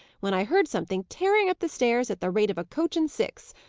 when i heard something tearing up the stairs at the rate of a coach-and-six.